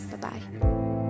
Bye-bye